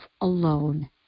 alone